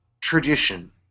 tradition